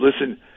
listen